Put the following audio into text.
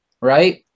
right